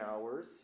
hours